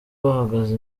bahagaze